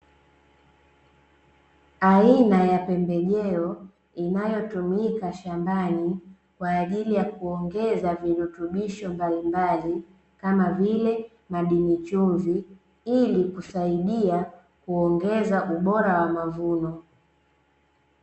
Aina ya pembejeo inayotumika shambani, kwa ajili ya kuongeza virutubisho mbalimbali, kama vile madini chumvi, ili kusaidia kuongeza ubora wa mavuno.